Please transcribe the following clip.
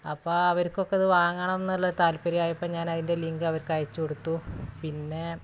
അപ്പം അവർക്കൊക്കെയിത് വാങ്ങണമെന്നുള്ള താല്പര്യം ആയപ്പോൾ ഞാൻ അതിൻ്റെ ലിങ്ക് അവർക്ക് അയച്ചുകൊടുത്തു പിന്നെ